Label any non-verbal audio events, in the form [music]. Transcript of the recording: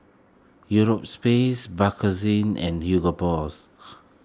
Euro space Bakerzin and Hugo Boss [noise]